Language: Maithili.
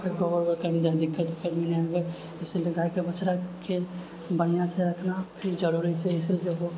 गोबर ओबरके दिक्कत विक्कत भी नहि हुए इसिलिए गायके बछड़ाके बढ़िआँसँ रखना भी जरुरी छै इसिलिए ओ